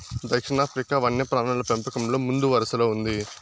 దక్షిణాఫ్రికా వన్యప్రాణుల పెంపకంలో ముందువరసలో ఉంది